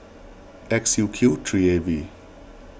X U Q three A V